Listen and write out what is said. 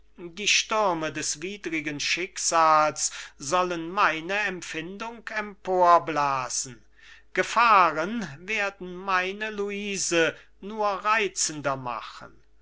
die stürme des widrigen schicksals sollen meine empfindung emporblasen gefahren werden meine luise nur reizender machen